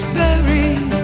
buried